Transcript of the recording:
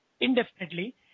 indefinitely